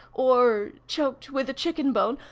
or choked with a chicken-bone,